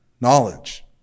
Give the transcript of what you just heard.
Knowledge